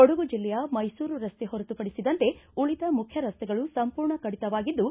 ಕೊಡಗು ಜಿಲ್ಲೆಯ ಮೈಸೂರು ರಸ್ತೆ ಹೊರತು ಪಡಿಸಿದಂತೆ ಉಳಿದ ಮುಖ್ಯ ರಸ್ತೆಗಳು ಸಂಪೂರ್ಣ ಕಡಿತವಾಗಿದ್ದು